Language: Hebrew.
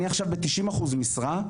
אני עכשיו ב-90 אחוז משרה',